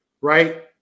right